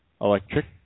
electric